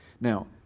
Now